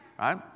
right